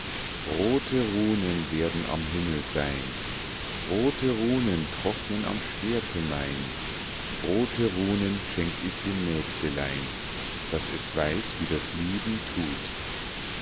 rote runen werden am himmel sein rote runen trocknen am schwerte mein rote runen schenk ich dem mägdelein daß es weiß wie das lieben tut